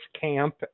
camp